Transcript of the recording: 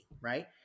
right